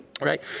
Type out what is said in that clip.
Right